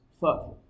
fuck